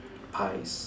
pies